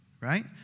right